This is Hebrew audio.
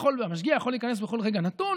המשגיח יכול להיכנס בכל רגע נתון,